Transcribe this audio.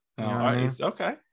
Okay